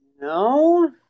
no